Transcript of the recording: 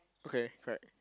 okay correct